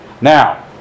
Now